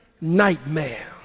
nightmare